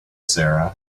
sarah